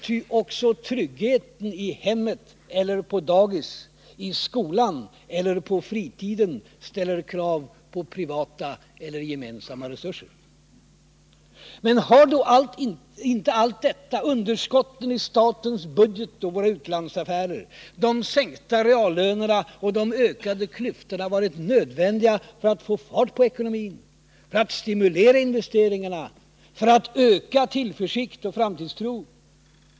Ty också tryggheten i hemmet eller på dagis, i skolan och på fritiden ställer krav på privata och gemensamma resurser. Har då inte allt detta, underskotten i statens budget och i våra utlandsaffärer, de sänkta reallönerna och de ökade klyftorna varit nödvändiga för att få fart på ekonomin, för att stimulera investeringarna, för att öka tillförsikt och framtidstro?